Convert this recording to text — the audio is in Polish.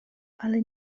ale